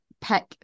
pick